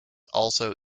also